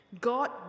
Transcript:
God